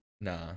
Nah